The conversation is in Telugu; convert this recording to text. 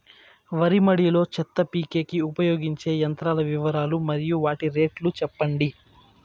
వరి మడి లో చెత్త పీకేకి ఉపయోగించే యంత్రాల వివరాలు మరియు వాటి రేట్లు చెప్పండి?